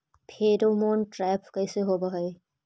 Pheromone trap कैसे होब हई?